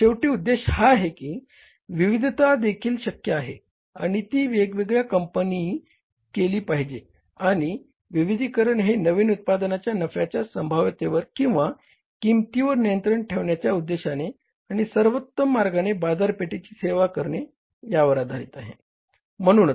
तर शेवटी उद्देश हा आहे की विविधता देखील शक्य आहे आणि ती वेगवेगळ्या कंपन्यांनी केली पाहिजे आणि विविधीकरण हे नवीन उत्पादनांच्या नफ्याच्या संभाव्यतेवर किंवा किंमतीवर नियंत्रण ठेवण्याच्या उद्देशाने आणि सर्वोत्तम मार्गाने बाजारपेठेची सेवा करणे यावर आधारित असते